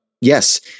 yes